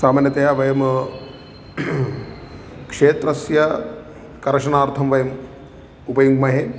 सामान्यतया वयम् क्षेत्रस्य कर्षणार्थं वयम् उपयुङ्महे